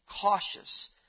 cautious